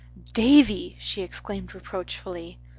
davy! she exclaimed reproachfully.